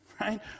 Right